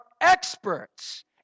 experts